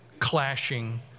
clashing